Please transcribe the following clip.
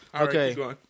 okay